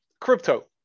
crypto